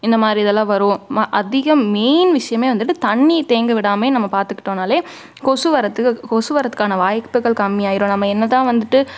இந்தமாதிரி இதெலான் வரும் ம அதிகம் மெயின் விஷயமே வந்துட்டு தண்ணி தேங்க விடாமயே நம்ம பார்த்துக்குட்டோனாலே கொசு வர்றதுக்கு கொசு வரதுக்கான வாய்ப்புகள் கம்மியாயிடும் நம்ம என்ன தான் வந்துட்டு